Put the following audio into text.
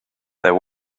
there